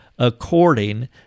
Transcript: according